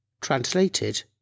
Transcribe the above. Translated